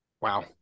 Wow